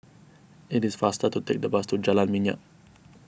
it is faster to take the bus to Jalan Minyak